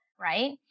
right